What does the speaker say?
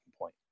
point